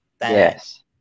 yes